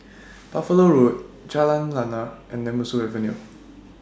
Buffalo Road Jalan Lana and Nemesu Avenue